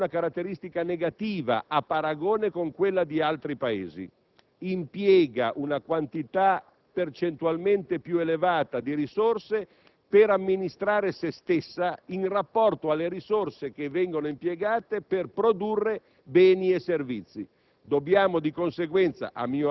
La pubblica amministrazione italiana ha una caratteristica negativa, a paragone con quella di altri Paesi: impiega una quantità percentualmente più elevata di risorse per amministrare se stessa in rapporto alle risorse impiegate per produrre beni e servizi.